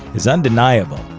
is undeniable.